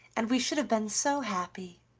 and we should have been so happy!